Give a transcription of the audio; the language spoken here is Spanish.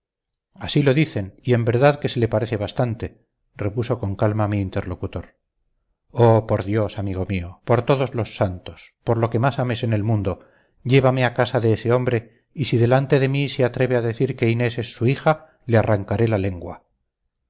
así lo dicen y en verdad que se le parece bastante repuso con calma mi interlocutor oh por dios amigo mío por todos los santos por lo que más ames en el mundo llévame a casa de ese hombre y si delante de mí se atreve a decir que inés es su hija le arrancaré la lengua